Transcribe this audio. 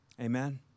Amen